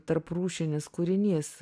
tarprūšinis kūrinys